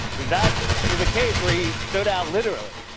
cause that is a case where he stood out literally.